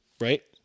right